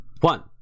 one